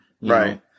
Right